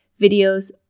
videos